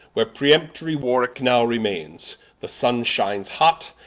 where peremptorie warwicke now remaines the sunne shines hot,